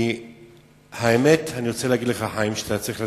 כי האמת, אני רוצה להגיד לך, חיים, אתה צריך לדעת: